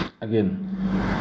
again